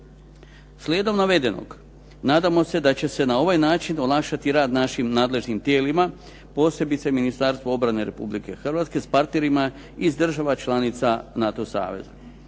Slijedom navedenog nadamo se da će na ovaj način olakšati rad našim nadležnim tijelima posebno Ministarstvu obrane Republike Hrvatske s partnerima iz država članica NATO saveza.